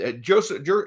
Joseph